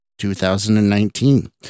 2019